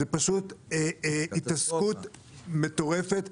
זו פשוט התעסקות מטורפת,